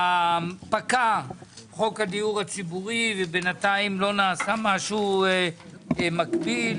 פקע חוק הדיור הציבורי ובינתיים לא נעשה משהו מקביל,